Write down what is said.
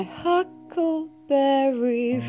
huckleberry